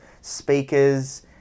speakers